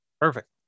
Perfect